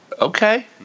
Okay